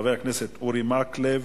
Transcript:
חבר הכנסת אורי מקלב,